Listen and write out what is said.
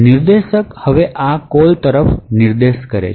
નિર્દેશક હવે આ કોલ તરફ નિર્દેશ કરે છે